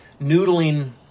noodling